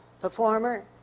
performer